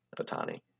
Otani